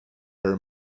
very